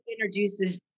introduces